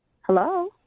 Hello